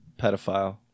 pedophile